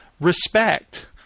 respect